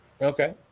Okay